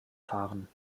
fahren